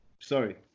Sorry